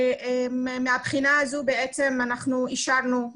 מהבחינה הזאת בעצם אנחנו אישרנו,